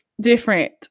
different